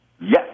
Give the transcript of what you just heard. Yes